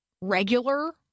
regular